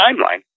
timeline